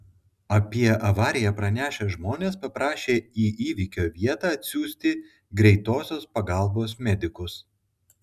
apie avariją pranešę žmonės paprašė į įvykio vietą atsiųsti greitosios pagalbos medikus